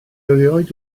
erioed